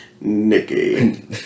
Nikki